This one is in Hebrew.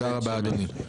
תודה רבה אדוני.